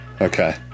Okay